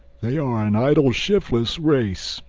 they are an idle shiftless race.